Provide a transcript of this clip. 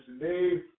today